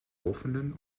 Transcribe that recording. offenen